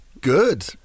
good